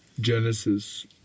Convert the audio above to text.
Genesis